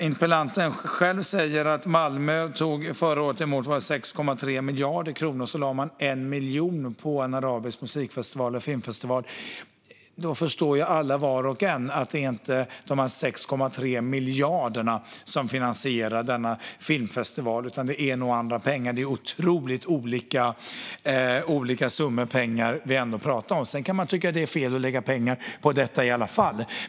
Interpellanten själv säger att Malmö förra året tog emot 6,3 miljarder kronor och lade 1 miljon på en arabisk filmfestival. Var och en förstår att det inte är de 6,3 miljarderna som finansierar denna filmfestival, utan det är nog andra pengar. Det är ändå otroligt olika summor pengar vi pratar om. Man kan tycka att det är fel att lägga pengar på detta i alla fall.